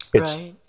Right